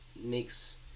makes